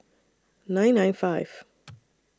nine nine five